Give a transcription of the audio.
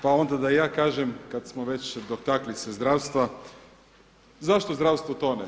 Pa onda da i ja kažem kad smo već dotakli se zdravstva, zašto zdravstvo tone?